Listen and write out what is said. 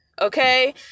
okay